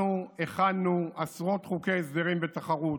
אנחנו הכנו עשרות חוקי הסדרים ותחרות,